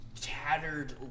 tattered